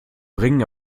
bringen